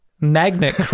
Magnet